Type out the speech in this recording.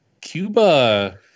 cuba